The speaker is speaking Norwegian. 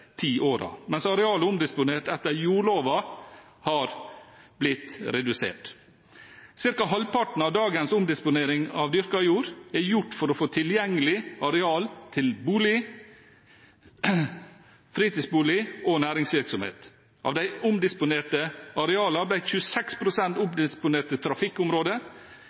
ti årene, mens arealet omdisponert etter jordloven, har blitt redusert. Ca. halvparten av dagens omdisponering av dyrket jord er gjort for å få tilgjengelig areal til bolig, fritidsbolig og næringsvirksomhet. Av de omdisponerte